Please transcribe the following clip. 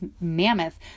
mammoth